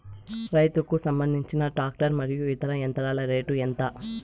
రైతుకు సంబంధించిన టాక్టర్ మరియు ఇతర యంత్రాల రేటు ఎంత?